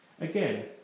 Again